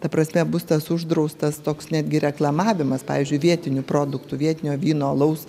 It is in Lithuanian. ta prasme bus tas uždraustas toks netgi reklamavimas pavyzdžiui vietinių produktų vietinio vyno alaus